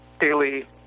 daily